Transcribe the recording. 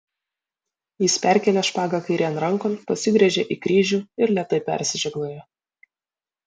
jis perkėlė špagą kairėn rankon pasigręžė į kryžių ir lėtai persižegnojo